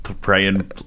Praying